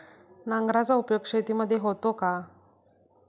नांगराचा उपयोग शेतीमध्ये होतो का?